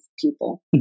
people